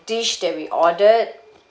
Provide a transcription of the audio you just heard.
dish that we ordered